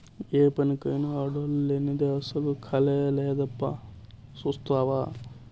ఏ పనికైనా ఆడోల్లు లేనిదే అసల కళే లేదబ్బా సూస్తివా